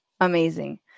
Amazing